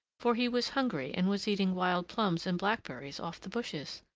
for he was hungry, and was eating wild plums and blackberries off the bushes.